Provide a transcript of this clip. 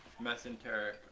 mesenteric